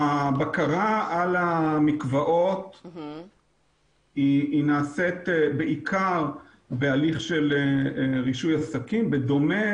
הבקרה על המקוואות נעשית בעיקר בהליך של רישוי עסקים בדומה